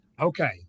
Okay